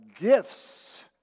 gifts